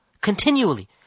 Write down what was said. Continually